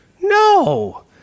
No